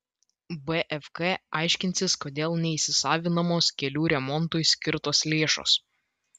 bfk aiškinsis kodėl neįsisavinamos kelių remontui skirtos lėšos